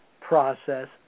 process